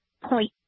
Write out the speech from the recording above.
point